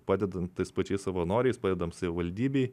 padedant tais pačiais savanoriais padedam savivaldybei